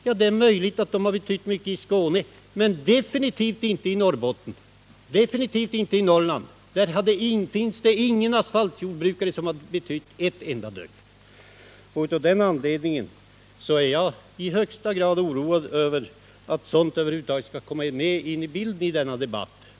Ja, det är möjligt att de betytt mycket i Skåne, men definitivt inte i Norrland — där finns ingen asfaltjordbrukare som betytt någonting. Av den anledningen är jag i högsta grad oroad över att sådant över huvud taget skall komma in i bilden under denna debatt.